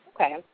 Okay